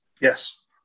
Yes